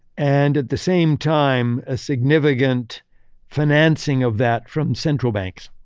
and at the same time, a significant financing of that from central banks.